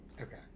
Okay